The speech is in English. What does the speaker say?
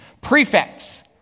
Prefects